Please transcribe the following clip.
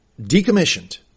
decommissioned